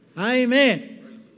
Amen